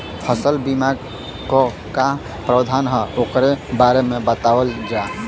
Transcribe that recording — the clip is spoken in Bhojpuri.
फसल बीमा क का प्रावधान हैं वोकरे बारे में बतावल जा?